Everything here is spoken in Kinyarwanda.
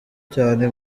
cyane